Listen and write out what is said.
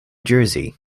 jersey